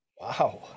Wow